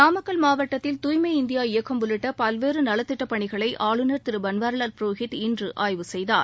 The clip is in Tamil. நாமக்கல் மாவட்டத்தில் தூய்மை இந்தியா இயக்கம் உள்ளிட்ட பல்வேறு நலத்திட்டப்பணிகளை ஆளுநர் திரு பன்வாரிலால் புரோகித் இன்று ஆய்வு செய்தார்